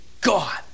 God